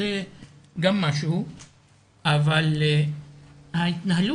זה גם משהו אבל התנהלות